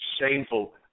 shameful